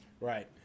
right